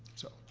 so.